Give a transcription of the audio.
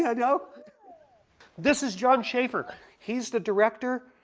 yeah know this is john schaffer he's the director.